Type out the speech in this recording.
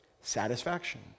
Satisfaction